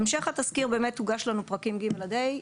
המשך התסקיר באמת הוגש לנו פרקים ג' עד ה'